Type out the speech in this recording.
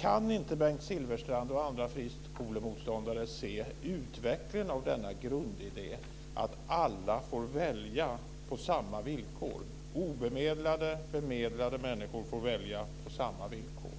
Kan inte Bengt Silfverstrand och andra friskolemotståndare se utvecklingen av denna grundidé, dvs. att alla får välja på samma villkor - obemedlade och bemedlade människor får välja på samma villkor?